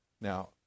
now